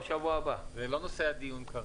זה לא נושא הדיון כרגע.